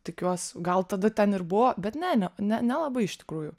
tikiuos gal tada ten ir buvo bet ne ne ne nelabai iš tikrųjų